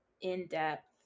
in-depth